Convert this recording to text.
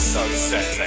Sunset